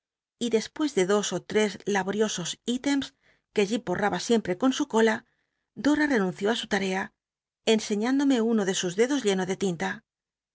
y despucs de dos ó tres laboriosos items que jip borraba siempre con su cola doa'a aenunció á su t uca enseñándome uno de sus dedos lleno de lint